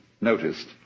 noticed